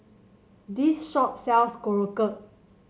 this shop sells Korokke